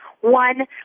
one